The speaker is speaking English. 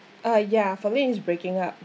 ah ya ferline it's breaking up